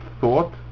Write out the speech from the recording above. thought